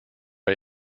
are